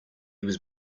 was